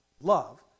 love